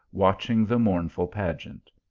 watching the mournful pageant.